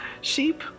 sheep